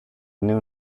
knew